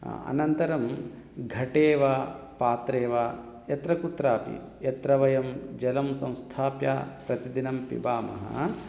अनन्तरं घटे वा पात्रे वा यत्र कुत्रापि यत्र वयं जलं संस्थाप्य प्रतिदिनं पिबामः